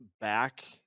back